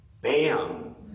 Bam